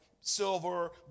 silver